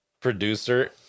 producer